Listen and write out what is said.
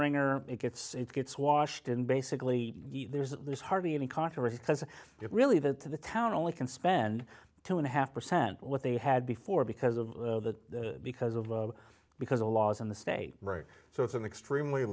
ringer it gets it gets washed in basically there's hardly any controversy because it really that the town only can spend two and a half percent what they had before because of that because of because the laws in the state right it's an extremely